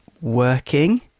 working